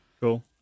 Cool